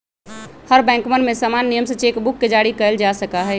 हर बैंकवन में समान नियम से चेक बुक के जारी कइल जा सका हई